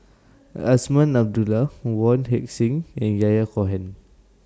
Azman Abdullah Wong Heck Sing and Yahya Cohen